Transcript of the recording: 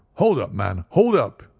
hold up, man, hold up,